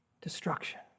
destruction